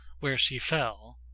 where she fell.